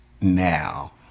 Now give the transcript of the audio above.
now